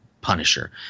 Punisher